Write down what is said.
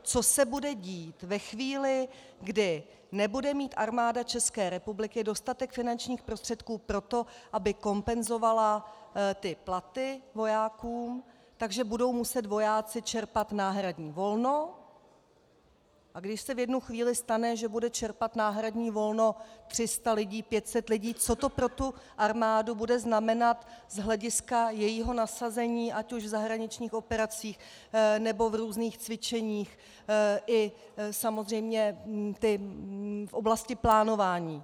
Co se bude dít ve chvíli, kdy nebude mít Armáda České republiky dostatek finančních prostředků na to, aby kompenzovala platy vojákům, takže budou muset vojáci čerpat náhradní volno, a když se v jednu chvíli stane, že bude čerpat náhradní volno 300 lidí, 500 lidí, co to pro tu armádu bude znamenat z hlediska jejího nasazení ať už v zahraničních operacích, nebo v různých cvičeních, i samozřejmě v oblasti plánování.